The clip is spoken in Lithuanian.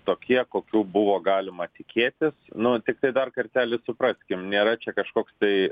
tokie kokių buvo galima tikėtis nu tiktai dar kartelį supraskim nėra čia kažkoks tai